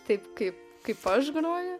taip kaip kaip aš groju